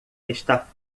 está